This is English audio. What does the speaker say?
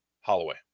Holloway